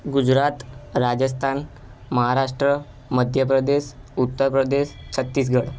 Gujarat Rajasthan Maharashtra Madhya Pradesh Uttar Pradesh Chhattisgarh